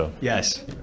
Yes